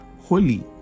holy